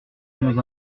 nous